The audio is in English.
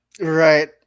Right